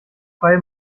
freie